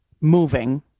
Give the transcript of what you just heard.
moving